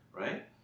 Right